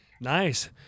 Nice